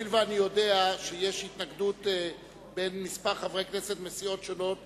אבל הואיל ואני יודע שיש התנגדות לכמה חברי כנסת מסיעות שונות,